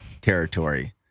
territory